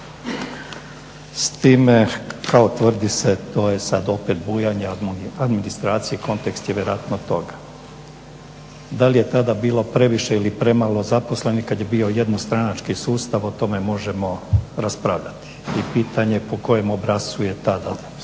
s time kao tvrdi se to je sada opet bujanje administracije kontekst je vjerojatno toga. Da li je tada bilo previše ili premalo zaposlenih kada je bio jednostranački sustav o tome možemo raspravljati. I pitanje po kojem obrascu je tada su ti